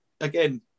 again